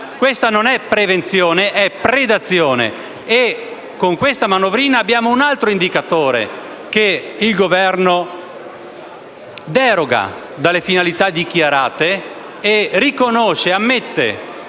Questa non è prevenzione: è predazione. Con questa manovrina abbiamo un altro indicatore del fatto che il Governo deroga dalle finalità dichiarate e riconosce e ammette